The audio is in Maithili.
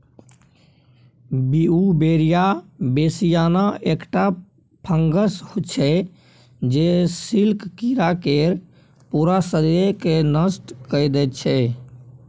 बीउबेरिया बेसियाना एकटा फंगस छै जे सिल्क कीरा केर पुरा शरीरकेँ नष्ट कए दैत छै